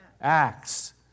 Acts